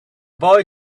boy